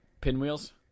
pinwheels